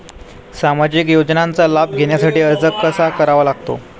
सामाजिक योजनांचा लाभ घेण्यासाठी अर्ज कसा करावा लागतो?